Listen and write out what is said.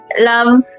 Love